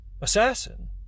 Assassin